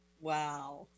Wow